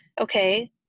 okay